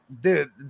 Dude